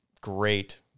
great